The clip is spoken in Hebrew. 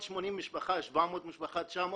680 משפחה, 700 משפחה, 900 משפחות,